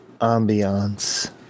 ambiance